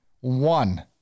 one